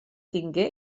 tingué